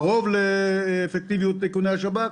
כלי שהוא לפחות קרוב באפקטיביות שלו לאיכוני השב"כ,